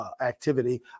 activity